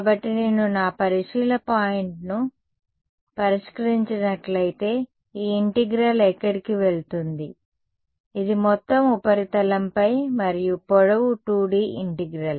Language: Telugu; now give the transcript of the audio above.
కాబట్టి నేను నా పరిశీలన పాయింట్ను పరిష్కరించినట్లయితే ఈ ఇంటిగ్రల్ ఎక్కడికి వెళుతుంది ఇది మొత్తం ఉపరితలంపై మరియు పొడవు 2D ఇంటిగ్రల్